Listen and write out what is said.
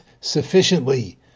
sufficiently